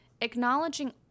acknowledging